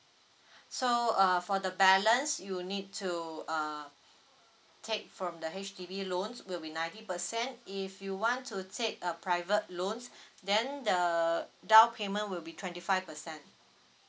so uh for the balance you need to uh take from the H_D_B loans will be ninety percent if you want to take a private loans then the down payment will be twenty five percent